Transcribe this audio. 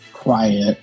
quiet